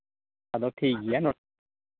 ᱟᱫᱚ ᱴᱷᱤᱠᱜᱮᱭᱟ